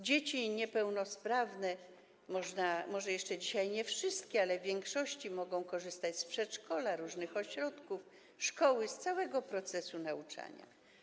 Dzieci niepełnosprawne - może jeszcze dzisiaj nie wszystkie, ale w większości - mogą korzystać z przedszkola, różnych ośrodków, szkoły, z całego procesu nauczania.